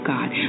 God